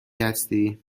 هستی